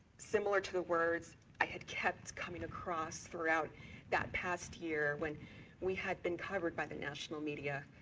similar to the words i had kept coming across throughout that past year, when we had been covered by the national media,